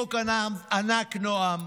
חיבוק ענק, נועם,